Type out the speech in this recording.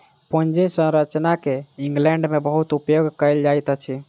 पूंजी संरचना के इंग्लैंड में बहुत उपयोग कएल जाइत अछि